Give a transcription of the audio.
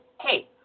hey